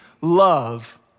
love